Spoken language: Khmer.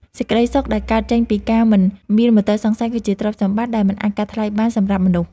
សេចក្តីសុខដែលកើតចេញពីការមិនមានមន្ទិលសង្ស័យគឺជាទ្រព្យសម្បត្តិដែលមិនអាចកាត់ថ្លៃបានសម្រាប់មនុស្ស។